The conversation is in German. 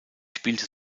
spielte